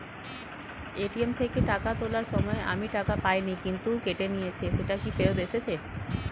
ATM থেকে টাকা তোলার সময় আমি টাকা পাইনি কিন্তু কেটে নিয়েছে সেটা কি ফেরত এসেছে?